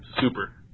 super